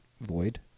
void